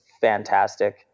fantastic